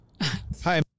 Hi